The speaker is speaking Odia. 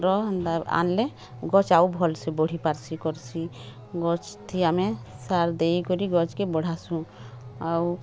ର ଆଣିଲେ ଗଛ ଆଉ ଭଲ୍ ସେ ବଢ଼ି ପାର୍ସି କର୍ସି ଗଛ୍ଟି ଆମେ ସାର୍ ଦେଇ କରି ଗଛ୍ କେ ବଢ଼ାସୁଁ ଆଉ